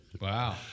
Wow